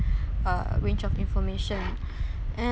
uh range of information and